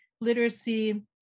literacy